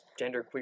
genderqueer